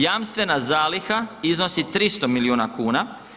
Jamstvena zaliha iznosi 300 milijuna kuna.